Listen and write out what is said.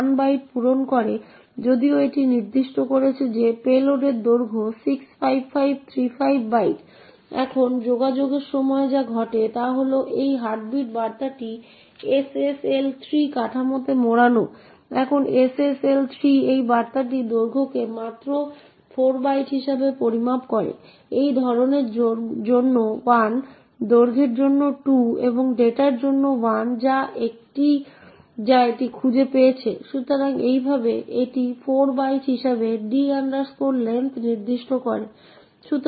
চূড়ান্ত জিনিস হল ষষ্ঠ আর্গুমেন্টে আপনার কাছে এই নির্দিষ্ট পয়েন্টে একটি s আছে এবং সময় printf ষষ্ঠ আর্গুমেন্টটি দেখবে যেটি এই মান 0804a040 এবং যেহেতু আপনি আমরা একটি s নির্দিষ্ট করেছি তাই এটি এই মানটিকে একটি এড্রেস হিসাবে ব্যাখ্যা করে এবং সেই এড্রেসের বিষয়বস্তু প্রিন্ট করার চেষ্টা করে